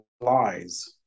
lies